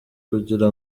kugira